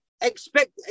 expect